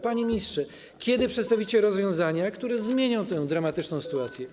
Panie ministrze, kiedy przedstawicie rozwiązania, które zmienią tę dramatyczną sytuację?